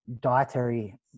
Dietary